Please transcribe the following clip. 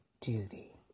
duty